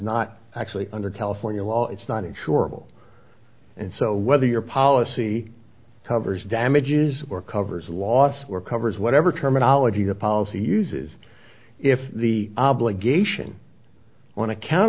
not actually under california law it's not insurable and so whether your policy covers damages or covers loss or covers whatever terminology the policy uses if the obligation on account